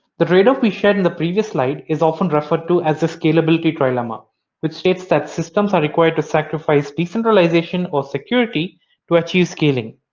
the trade-off we shared in the previous slide is often referred referred to as a scalability trilemma which states that systems are required to sacrifice decentralization or security to achieve scaling.